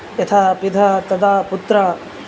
യഥാ പിതാ തഥാ പുത്രാ